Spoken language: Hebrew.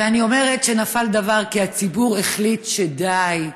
ואני אומרת שנפל דבר כי הציבור החליט: די.